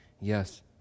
Yes